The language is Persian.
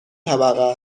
طبقه